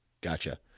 Gotcha